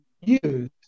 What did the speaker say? use